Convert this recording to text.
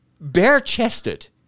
bare-chested